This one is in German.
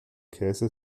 käse